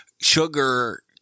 sugar